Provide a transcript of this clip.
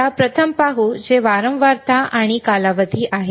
चला प्रथम पाहू जे वारंवारता आणि कालावधी आहे